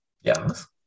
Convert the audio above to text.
Yes